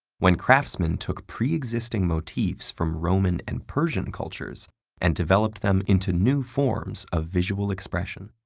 when craftsmen took preexisting motifs from roman and persian cultures and developed them into new forms of visual expression.